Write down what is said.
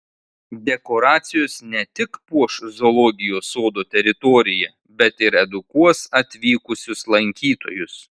dekoracijos ne tik puoš zoologijos sodo teritoriją bet ir edukuos atvykusius lankytojus